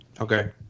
Okay